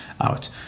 out